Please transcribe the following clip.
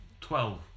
twelve